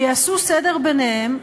שיעשו סדר ביניהן,